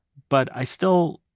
but i still,